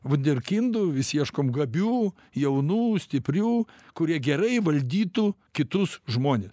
vunderkindų vis ieškom gabių jaunų stiprių kurie gerai įvaldytų kitus žmones